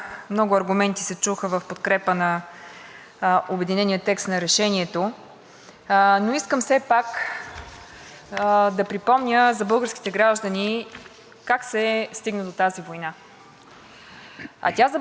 да припомня за българските граждани как се стигна до тази война. А тя започна в началото на тази година, в края на февруари, когато Руската федерация